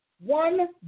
one